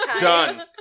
done